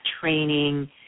training